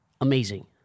Amazing